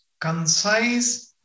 concise